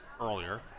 earlier